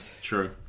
True